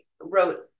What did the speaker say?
wrote